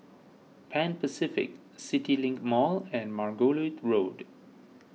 Pan Pacific CityLink Mall and Margoliouth Road